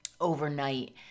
overnight